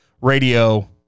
radio